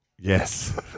Yes